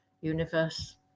universe